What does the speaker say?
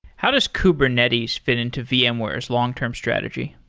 how does kubernetes fit into vmware's long-term strategy?